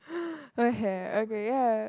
where have okay yeah